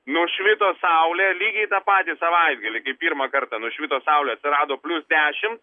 nušvito saulė lygiai tą patį savaitgalį kai pirmą kartą nušvito saulė atsirado plius dešim